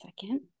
second